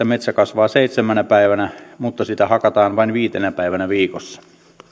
metsä kasvaa seitsemänä päivänä mutta sitä hakataan vain viitenä päivänä viikossa